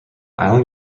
island